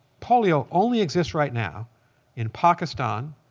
polio only exists right now in pakistan,